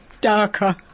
darker